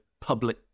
public